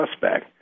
suspect